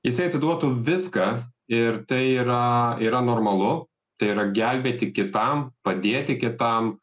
jisai atiduotų viską ir tai yra yra normalu tai yra gelbėti kitam padėti kitam